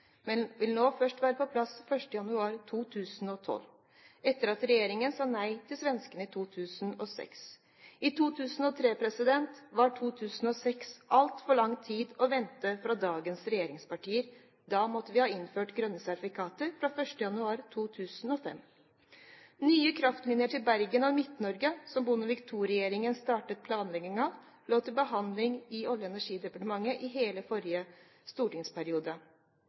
men vil nå først være på plass 1. januar 2012, etter at regjeringen sa nei til svenskene i 2006. I 2003 var det altfor lenge å vente til 2006 for dagens regjeringspartier. Da måtte vi ha innført grønne sertifikater fra 1. januar 2005. Nye kraftlinjer til Bergen og Midt-Norge, som Bondevik II-regjeringen startet planleggingen av, lå til behandling i Olje- og energidepartementet i hele forrige stortingsperiode.